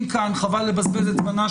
כנסיבות